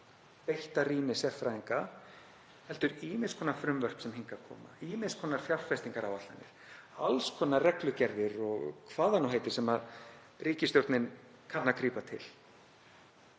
beitta rýni sérfræðinga heldur ýmiss konar frumvörp sem hingað koma, ýmiss konar fjárfestingaráætlanir, alls konar reglugerðir og hvað það nú heitir, sem ríkisstjórnin kann að grípa til.